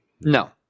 No